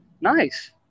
Nice